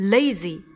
Lazy